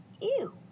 ew